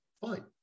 fine